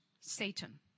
Satan